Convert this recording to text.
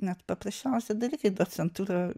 net paprasčiausi dalykai docentūra